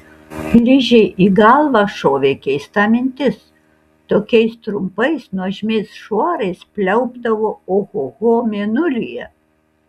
ližei į galvą šovė keista mintis tokiais trumpais nuožmiais šuorais pliaupdavo ohoho mėnulyje